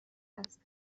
است